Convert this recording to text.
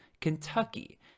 Kentucky